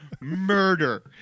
murder